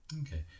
Okay